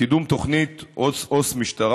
קידום תוכנית עו"ס משטרה,